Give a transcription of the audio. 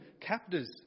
captors